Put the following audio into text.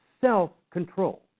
self-control